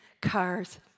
cars